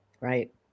Right